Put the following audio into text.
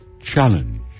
challenge